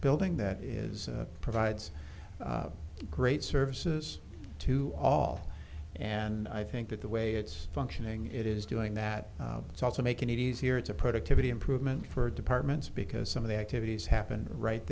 building that is provides great services to all and i think that the way it's functioning it is doing that it's also making it easier it's a productivity improvement for departments because some of the activities happen right